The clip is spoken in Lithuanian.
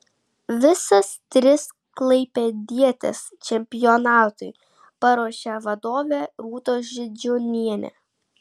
visas tris klaipėdietės čempionatui paruošė vadovė rūtos židžiūnienė